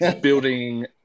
building